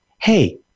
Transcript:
hey